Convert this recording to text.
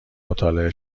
مطالعه